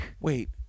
Wait